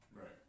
Right